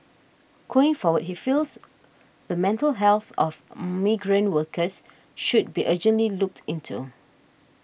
going forward he feels the mental health of migrant workers should be urgently looked into